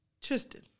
tristan